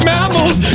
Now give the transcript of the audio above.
Mammals